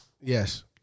Yes